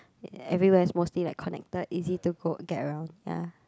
everywhere is mostly like connected easy to for get around ya